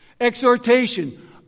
Exhortation